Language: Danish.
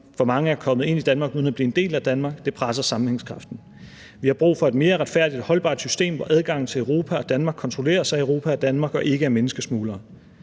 For mange er kommet ind i Danmark uden at blive en del af Danmark. Det presser sammenhængskraften. Vi har brug for et mere retfærdigt og holdbart system, hvor adgangen til Europa og Danmark kontrolleres af Europa og Danmark og ikke af menneskesmuglerne.